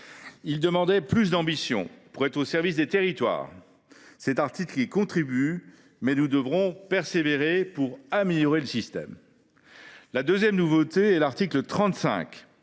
demandait plus d’ambition, au service des territoires. Cet article y contribue, mais nous devrons persévérer pour améliorer le système. La seconde nouveauté est l’article 35,